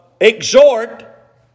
exhort